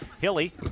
Hilly